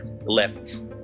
left